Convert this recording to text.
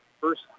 first